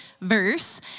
Verse